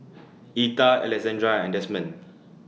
Etta Alexandra and Desmond